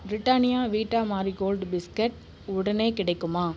Britannia Vita Marie Gold biscuit உடனே கிடைக்குமா